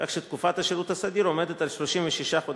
כך שתקופת השירות הסדיר היא 36 חודשים,